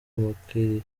abakiriya